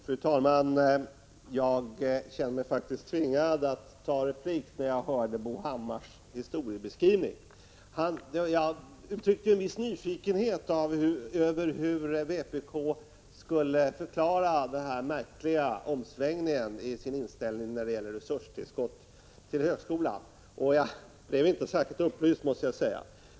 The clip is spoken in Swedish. Fru talman! Jag känner mig faktiskt tvingad att replikera efter att ha hört Bo Hammars historiebeskrivning. Jag uttryckte en viss nyfikenhet över hur vpk skulle förklara den märkliga omsvängningen beträffande inställningen i fråga om resurstillskott till högskolan. Jag måste säga att jag inte blev särskilt upplyst.